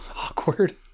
awkward